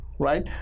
Right